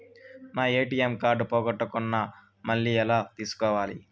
నా ATM card పోగొట్టుకున్నాను, మళ్ళీ ఎలా తీసుకోవాలి?